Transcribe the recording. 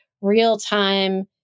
real-time